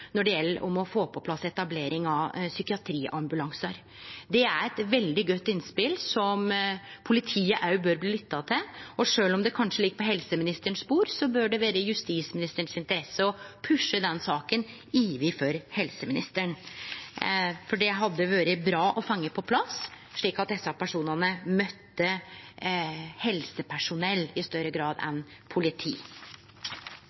når det gjeld å få på plass etablering av psykiatriambulansar. Det er eit veldig godt innspel som politiet òg bør bli lytta til på. Sjølv om det kanskje ligg på helseministerens bord, bør det vere i justisministerens interesse å pushe den saka overfor helseministeren, for det hadde vore bra å få på plass, slik at desse personane møtte helsepersonell i større grad